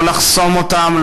לא לחסום אותם,